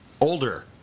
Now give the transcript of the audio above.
older